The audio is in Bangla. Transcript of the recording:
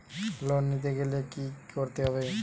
লোন নিতে গেলে কি করতে হবে?